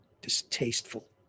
distasteful